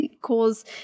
cause